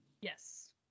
Yes